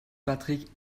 patrick